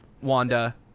Wanda